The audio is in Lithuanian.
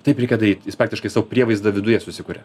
taip reikia daryt jis praktiškai sau prievaizdą viduje susikuria